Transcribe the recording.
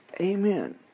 Amen